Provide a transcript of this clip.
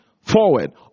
forward